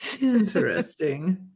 Interesting